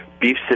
beef